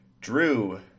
Drew